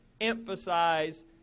emphasize